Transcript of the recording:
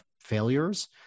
failures